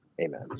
Amen